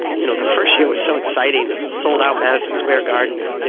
you know, the first year was so exciting, they sold out madison square garden. and, you